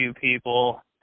people